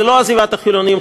זו לא עזיבת החילונים,